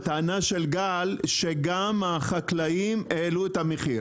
הטענה של גל שגם החקלאים העלו את המחיר.